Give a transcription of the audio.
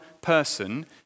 person